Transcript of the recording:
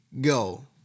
go